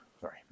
sorry